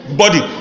body